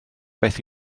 beth